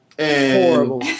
Horrible